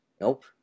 Nope